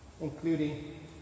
including